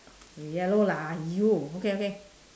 yellow lah !aiyo! okay okay